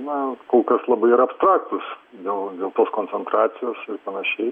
na kol kas labai yra abstraktūs dėl dėl tos koncentracijos ir panašiai